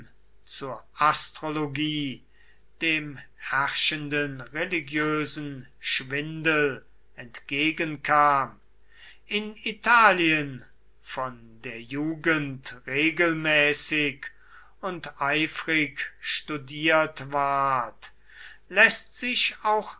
zur astrologie dem herrschenden religiösen schwindel entgegenkam in italien von der jugend regelmäßig und eifrig studiert ward läßt sich auch